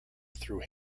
through